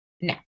no